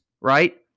right